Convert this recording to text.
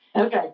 Okay